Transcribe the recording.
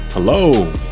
Hello